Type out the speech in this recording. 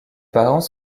parents